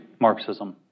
Marxism